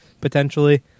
potentially